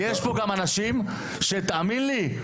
כי יש פה גם אנשים שתאמין לי,